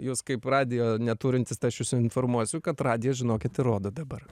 jūs kaip radijo neturintis tai aš jus informuosiu kad radijas žinokit ir rodo dabar